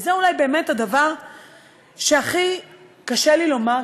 וזה אולי באמת הדבר שהכי קשה לי לומר כאן,